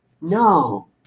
No